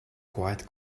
quite